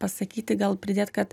pasakyti gal pridėt kad